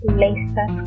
laser